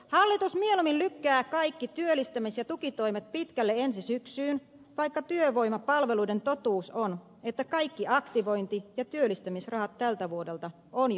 hallitus mieluummin lykkää kaikki työllistämis ja tukitoimet pitkälle ensi syksyyn vaikka työvoimapalveluiden totuus on että kaikki aktivointi ja työllistämisrahat tältä vuodelta on jo syöty